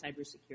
cybersecurity